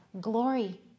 glory